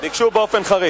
ביקשו באופן חריג.